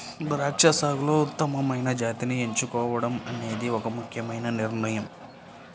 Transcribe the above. ద్రాక్ష సాగులో ఉత్తమమైన జాతిని ఎంచుకోవడం అనేది ఒక ముఖ్యమైన నిర్ణయం